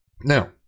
Now